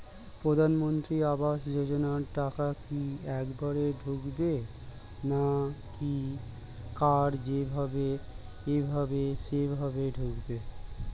প্রধানমন্ত্রী আবাস যোজনার টাকা কি একবারে ঢুকবে নাকি কার যেভাবে এভাবে সেভাবে ঢুকবে?